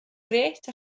grêt